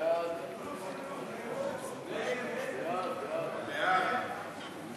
ההצעה להעביר את הצעת חוק הסדרת העיסוק במקצועות הבריאות (תיקון,